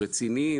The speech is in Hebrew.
רציניים,